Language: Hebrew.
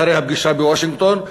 אחרי הפגישה בוושינגטון,